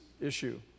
issue